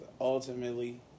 ultimately